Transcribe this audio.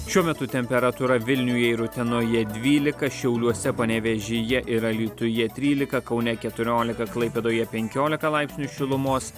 šiuo metu temperatūra vilniuje ir utenoje dvylika šiauliuose panevėžyje ir alytuje trylika kaune keturiolika klaipėdoje penkiolika laipsnių šilumos